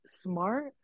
smart